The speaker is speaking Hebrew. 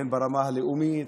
הן ברמה הלאומית.